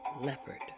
leopard